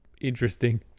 interesting